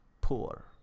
poor